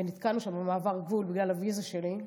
ונתקענו שם במעבר גבול בגלל הוויזה שלי.